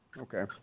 Okay